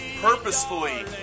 purposefully